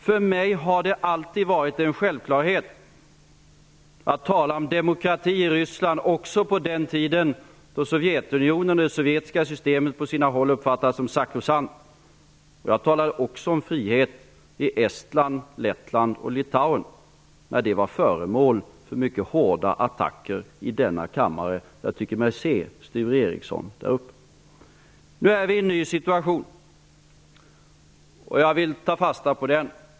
För mig har det alltid varit en självklarhet att tala om demokrati i Ryssland. Det var det även på den tiden då Sovjetunionen och det sovjetiska systemet på sina håll uppfattades som sakrosankt. Jag talade också om frihet i Estland, Lettland och Litauen när de länderna var föremål för mycket hårda attacker i denna kammare -- jag tycker mig se Sture Ericson här inne. Nu är vi i en ny situation. Jag vill ta fasta på den.